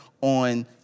on